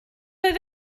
oedd